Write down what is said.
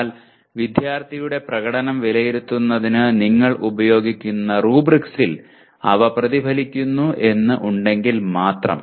എന്നാൽ വിദ്യാർത്ഥിയുടെ പ്രകടനം വിലയിരുത്തുന്നതിന് നിങ്ങൾ ഉപയോഗിക്കുന്ന റൂബ്രിക്സിൽ അവ പ്രതിഫലിക്കുന്നു എന്ന് ഉണ്ടെങ്കിൽ മാത്രം